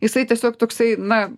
jisai tiesiog toksai na